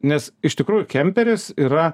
nes iš tikrųjų kemperis yra